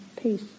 peace